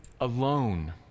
alone